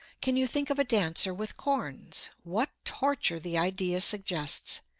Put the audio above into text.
can you think of a dancer with corns? what torture the idea suggests!